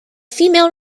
female